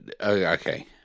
Okay